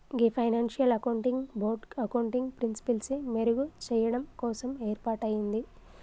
గీ financial accounting board accounting ప్రిన్సిపిల్సి మెరుగు చెయ్యడం కోసం ఏర్పాటయింది